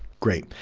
great,